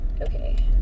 okay